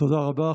תודה רבה.